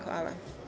Hvala.